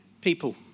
people